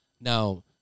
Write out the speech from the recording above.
Now